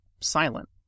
silent